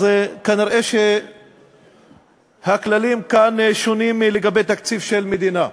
כנראה הכללים כאן שונים לגבי תקציב של מדינה.